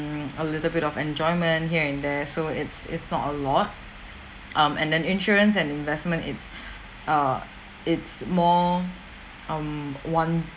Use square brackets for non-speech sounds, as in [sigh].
a little bit of enjoyment here and there so it's it's not a lot um and then insurance and investment it's [breath] err it's more um one